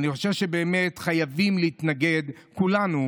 אני חושב שבאמת חייבים להתנגד כולנו